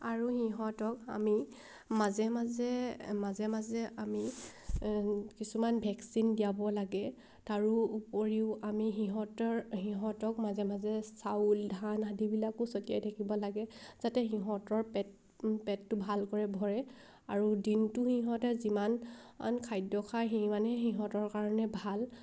আৰু সিহঁতক আমি মাজে মাজে মাজে মাজে আমি কিছুমান ভেকচিন দিয়াব লাগে তাৰোপৰিও আমি সিহঁতৰ সিহঁতক মাজে মাজে চাউল ধান আদিবিলাকো ছটিয়াই থাকিব লাগে যাতে সিহঁতৰ পেট পেটটো ভালকৈ ভৰে আৰু দিনটো সিহঁতে যিমান খাদ্য খায় সিমানেই সিহঁতৰ কাৰণে ভাল